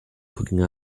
cooking